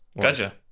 gotcha